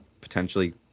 potentially